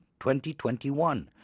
2021